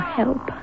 help